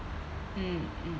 mm mm